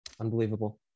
Unbelievable